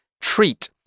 treat